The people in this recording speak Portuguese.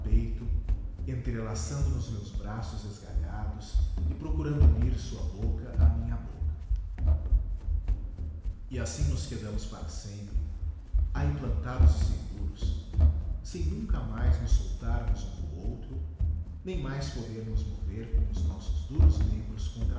nos meus seus braços esgalhados e procurando unir sua boca à minha boca e assim nos quedamos para sempre aí plantados e seguros sem nunca mais nos soltarmos um do outro nem mais podermos mover com os nossos duros membros